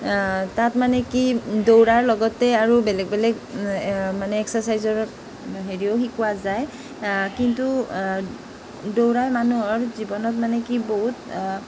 তাত মানে কি দৌৰাৰ লগতে আৰু বেলেগ বেলেগ মানে এক্সেচাইজৰ হেৰিও শিকোৱা যায় কিন্তু দৌৰা মানুহৰ জীৱনত মানে কি বহুত